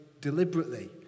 deliberately